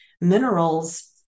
minerals